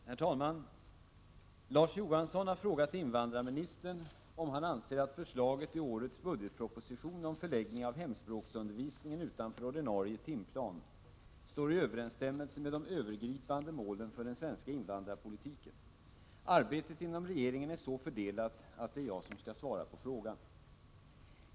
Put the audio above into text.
Herr talman! Larz Johansson har frågat invandrarministern om han anser att förslaget i årets budgetproposition om förläggning av hemspråksundervisningen utanför ordinarie timplan står i överensstämmelse med de övergripande målen för den svenska invandrarpolitiken. Arbetet inom regeringen är så fördelat att det är jag som skall svara på frågan.